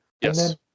Yes